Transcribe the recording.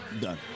Done